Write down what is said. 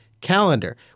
calendar